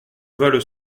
valent